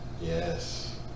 Yes